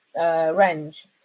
range